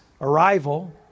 arrival